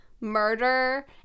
murder